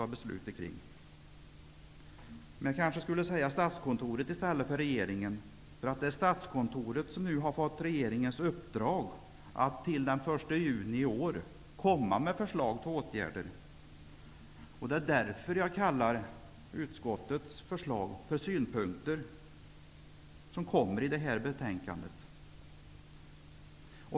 I stället för att säga regeringen skulle jag kanske säga Statskontoret, därför att det är Statskontoret som har fått regeringens uppdrag att till den 1 juni i år komma med förslag om åtgärder. Det är därför som jag kallar utskottets förslag i det här betänkandet för synpunkter.